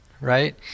right